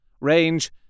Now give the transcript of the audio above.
Range